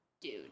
Dude